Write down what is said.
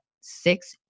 six